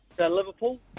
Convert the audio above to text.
Liverpool